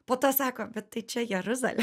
po to sako bet tai čia jeruzalė